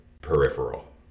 peripheral